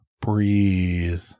breathe